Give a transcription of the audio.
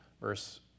Verse